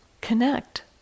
Connect